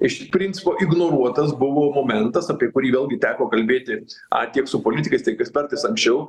iš principo ignoruotas buvo momentas apie kurį vėlgi teko kalbėti a tiek su politikais tik ekspertas anksčiau